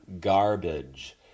garbage